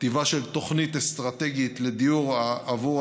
כתיבה של תוכנית אסטרטגית לדיור עבור